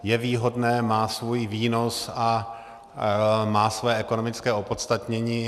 Je výhodné, má svůj výnos a má svoje ekonomické opodstatnění.